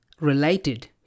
related